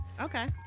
Okay